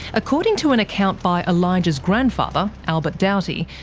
according to an account by elijah's grandfather, albert doughty,